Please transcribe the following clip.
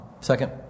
Second